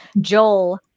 Joel